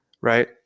right